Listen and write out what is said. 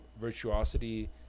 virtuosity